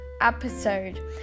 episode